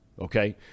okay